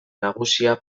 nagusia